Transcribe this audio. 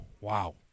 wow